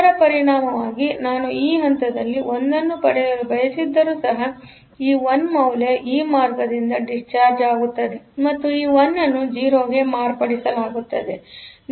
ಇದರ ಪರಿಣಾಮವಾಗಿ ನಾನು ಈ ಹಂತದಲ್ಲಿ 1 ಅನ್ನು ಪಡೆಯಲು ಬಯಸಿದ್ದರೂ ಸಹ ಈ 1 ಮೌಲ್ಯ ಈ ಮಾರ್ಗದಿಂದ ಡಿಸ್ಚಾರ್ಜ್ ಆಗುತ್ತದೆ ಮತ್ತು ಈ 1 ಅನ್ನು 0 ಗೆ ಮಾರ್ಪಡಿಸಲಾಗುತ್ತದೆ